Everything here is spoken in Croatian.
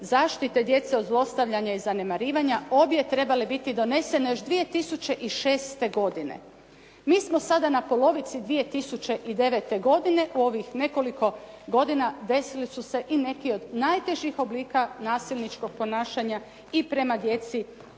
zaštite djece od zlostavljanja i zanemarivanja obje trebale biti donesene još 2006. godine. Mi smo sada na polovici 2009. godine u ovih nekoliko godina desili su se i neki od najtežih oblika nasilničkog ponašanja i prema djeci i